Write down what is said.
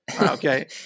Okay